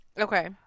Okay